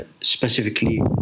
specifically